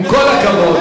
עם כל הכבוד,